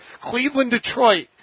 Cleveland-Detroit